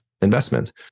investment